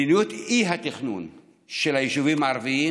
מדיניות האי-תכנון של היישובים הערביים